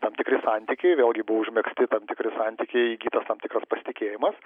tam tikri santykiai vėlgi buvo užmegzti tam tikri santykiai įgytas tam tikras pasitikėjimas